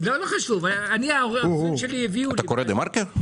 אתה קורא דה-מרקר?